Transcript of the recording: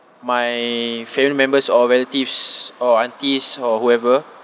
my family members or relatives or aunties or whoever